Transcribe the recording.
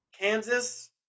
Kansas